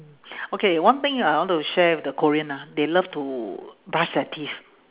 okay one thing uh I wanted to share with the korean ah they love to brush their teeth